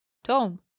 tom!